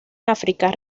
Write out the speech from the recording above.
áfrica